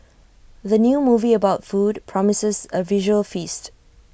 the new movie about food promises A visual feast